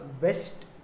best